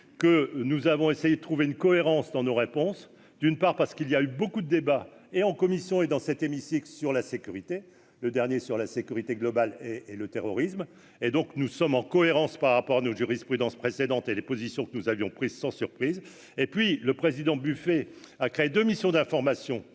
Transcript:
que nous avons essayé de trouver une cohérence dans nos réponses : d'une part parce qu'il y a eu beaucoup de débats et en commission et dans cet hémicycle, sur la sécurité, le dernier sur la sécurité globale et et le terrorisme et donc nous sommes en cohérence par rapport à nos jurisprudence précédente et les positions que nous avions prise sans surprise et puis le président buffet à créer de mission d'information